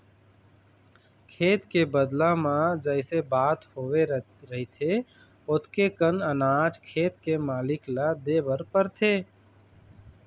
खेत के बदला म जइसे बात होवे रहिथे ओतके कन अनाज खेत के मालिक ल देबर परथे